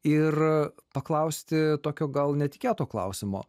ir paklausti tokio gal netikėto klausimo